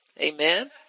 Amen